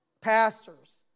pastors